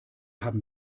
haben